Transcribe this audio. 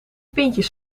pintjes